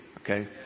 okay